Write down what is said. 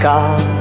God